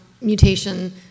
mutation